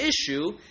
issue